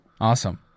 Awesome